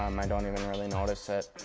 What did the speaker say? um i don't even really notice it.